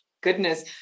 goodness